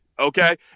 Okay